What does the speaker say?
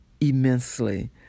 immensely